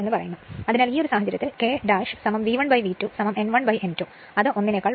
അതിനാൽ ഈ സാഹചര്യത്തിൽ K V1 V2 N1 N2 അത് 1 നെക്കാൾ വലുതാണ്